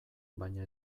baina